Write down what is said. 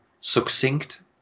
Succinct